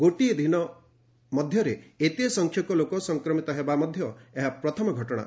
ଗୋଟିଏ ଦିନ ଭିତରେ ଏତେ ସଂଖ୍ୟକ ଲୋକ ସଂକ୍ରମିତ ହେବା ମଧ୍ୟ ଏହା ପ୍ରଥମ ଘଟଣା